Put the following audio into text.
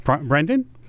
Brendan